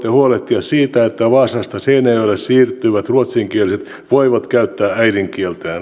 huolehtia siitä että vaasasta seinäjoelle siirtyvät ruotsinkieliset voivat käyttää äidinkieltään